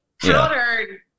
powdered